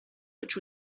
which